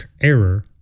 error